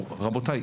רבותיי,